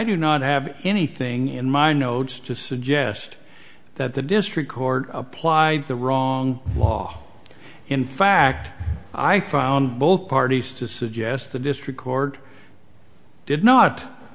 did not have anything in my notes to suggest that the district court applied the wrong law in fact i found both parties to suggest the district court did not